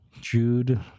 Jude